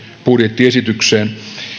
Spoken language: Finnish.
budjettiesitykseen